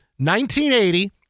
1980